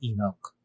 Enoch